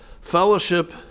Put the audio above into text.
Fellowship